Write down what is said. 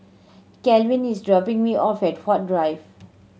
Calvin is dropping me off at Huat Drive